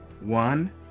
one